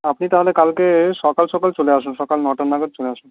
আপনি তাহলে কালকে সকাল সকাল চলে আসুন সকাল নটা নাগাদ চলে আসুন